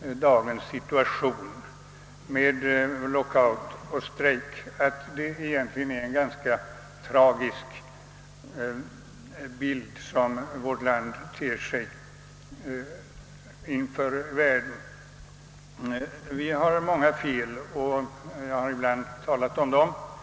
dagens situation med lockout och strejk skulle jag vilja säga att vårt land ger ett ganska tragiskt intryck inför världens blickar. Vi har många fel och jag har ibland talat om dem.